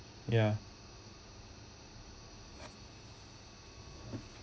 ya